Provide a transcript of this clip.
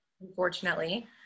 Unfortunately